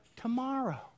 tomorrow